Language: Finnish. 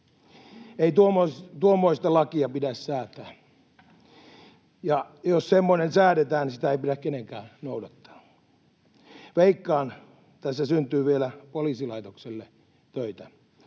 Ei tuommoista lakia pidä säätää, ja jos semmoinen säädetään, sitä ei pidä kenenkään noudattaa. Veikkaan, että tässä syntyy vielä poliisilaitokselle töitä.